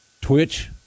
Twitch